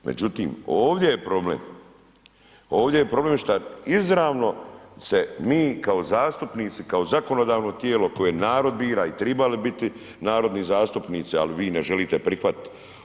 Međutim, ovdje je problem, ovdje je problem šta izravno se mi kao zastupnici, kao zakonodavno tijelo koje narod bira i tribali biti narodni zastupnici, al vi ne želite prihvatit.